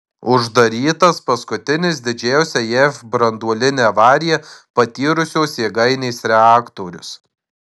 uždarytas paskutinis didžiausią jav branduolinę avariją patyrusios jėgainės reaktorius